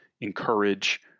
encourage